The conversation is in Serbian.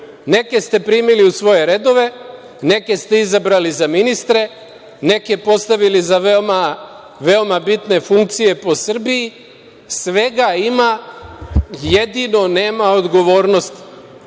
Neke ste primili u svoje redove, neke ste izabrali za ministre, neke postavili za veoma bitne funkcije po Srbiji, svega ima, jedino nema odgovornosti.